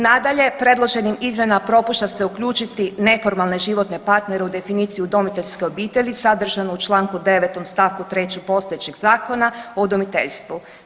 Nadalje, predloženim izmjenama propušta se uključiti neformalne životne partnere u definiciju udomiteljske obitelji sadržane u čl. 9. st. 3. postojećeg Zakona o udomiteljstva.